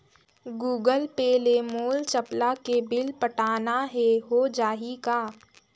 Google Pay ले मोल चपला के बिल पटाना हे, हो जाही का?